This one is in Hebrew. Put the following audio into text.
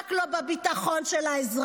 רק לא בביטחון של האזרחים,